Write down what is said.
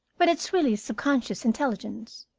but it's really subconscious intelligence.